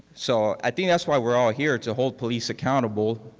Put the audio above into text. so i think that's why we're all here, to hold police accountable.